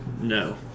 No